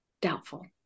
Doubtful